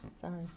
sorry